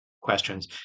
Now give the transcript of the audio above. questions